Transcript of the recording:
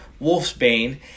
wolfsbane